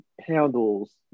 handles